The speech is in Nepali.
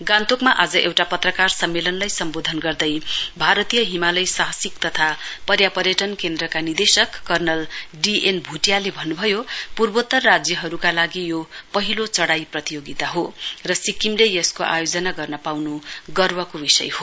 गान्तोकमा आज एउटा पत्रकार सम्मेलनलाई सम्बोधन गर्दै भारतीय हिमालय साहसिक तथा पर्यापर्टन केन्द्रका निदेशक कर्नल डी एन भूटियाले भन्नुभयो पूर्वोत्तर राज्यहरूका लागि यो पहिलो चढाई प्रतियोगिता हो र सिक्किमले यसको आयोजना गर्न पाउनु गर्वको विषय हो